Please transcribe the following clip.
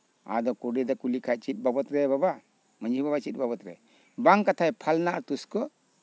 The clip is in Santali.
ᱟᱫᱚ ᱜᱚᱰᱮᱛ ᱮ ᱠᱩᱞᱤ ᱠᱷᱟᱱ ᱪᱮᱫ ᱵᱟᱵᱚᱛᱛᱮ ᱵᱟᱵᱟ ᱢᱟᱺᱡᱷᱤ ᱵᱟᱵᱟ ᱪᱮᱫ ᱵᱟᱵᱚᱛᱛᱮ ᱵᱟᱝ ᱠᱟᱛᱷᱟᱡ ᱯᱷᱟᱞᱱᱟ ᱛᱤᱥᱠᱚ